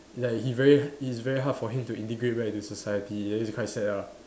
like he very it's very hard for him to integrate back into society then it's quite sad ah